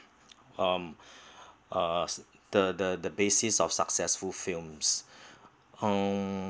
um uh the the the basis of successful films um